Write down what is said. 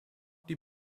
die